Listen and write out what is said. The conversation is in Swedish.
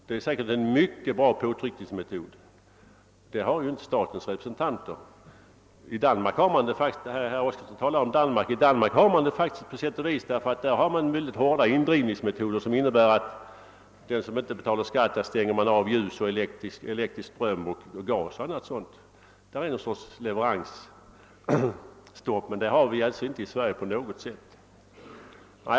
Det är säkert en mycket bra påtryckningsmetod. Herr Oskarson talade om Danmark, och i Danmark har man mycket hårda indrivningsmetoder som innebär att den som inte betalar skatt kan få vatten, gas och elektrisk ström avstängda. Det är en sorts leveransstopp, men så har vi det alltså inte alls i Sverige.